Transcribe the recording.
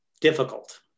difficult